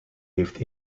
heeft